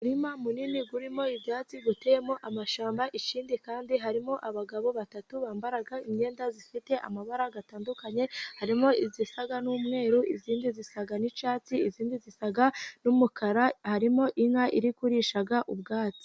Umurima munini uririmo ibyatsi utemo amashyamba, ikindi kandi harimo abagabo batatu bambara imyenda ifite amabara atandukanye, harimo iyisa n'umweru, iyindi isa n'icyatsi, iyindi isa n'umukara, harimo inka iri kurisha ubwatsi.